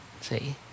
see